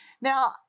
Now